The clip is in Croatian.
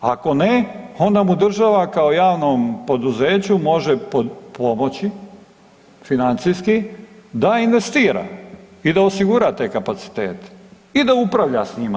Ako ne onda mu država kao javnom poduzeću može pomoći financijski da investira i da osigura te kapacitete i da upravlja s njima.